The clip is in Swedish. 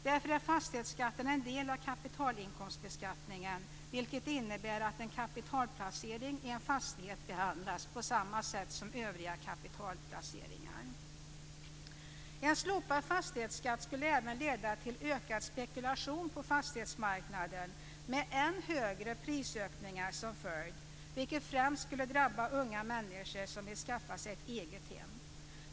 Därför är fastighetsskatten en del av kapitalinkomstbeskattningen, vilket innebär att en kapitalplacering i en fastighet behandlas på samma sätt som övriga kapitalplaceringar. En slopad fastighetsskatt skulle även leda till ökad spekulation på fastighetsmarknaden med än högre prisökningar som följd, vilket främst skulle drabba unga människor som vill skaffa sig ett eget hem.